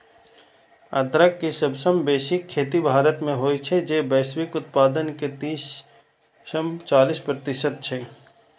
अदरक के सबसं बेसी खेती भारत मे होइ छै, जे वैश्विक उत्पादन के तीस सं चालीस प्रतिशत छै